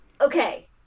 okay